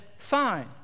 sign